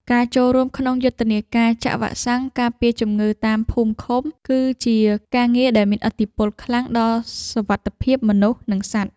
ការចូលរួមក្នុងយុទ្ធនាការចាក់វ៉ាក់សាំងការពារជំងឺតាមភូមិឃុំ គឺជាការងារដែលមានឥទ្ធិពលខ្លាំងដល់សុវត្ថិភាពមនុស្ស និងសត្វ។